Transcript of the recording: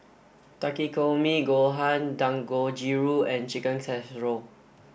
Takikomi Gohan Dangojiru and Chicken Casserole